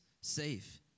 safe